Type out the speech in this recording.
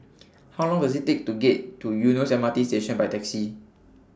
How Long Does IT Take to get to Eunos MRT Station By Taxi